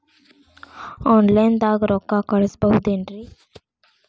Offline ದಾಗ ರೊಕ್ಕ ಕಳಸಬಹುದೇನ್ರಿ?